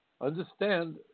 Understand